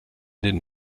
den